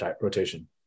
rotation